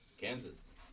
Kansas